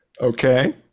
Okay